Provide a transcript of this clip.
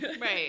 Right